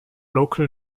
local